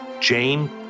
Jane